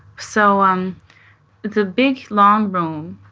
so um it's a big, long room,